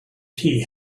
tea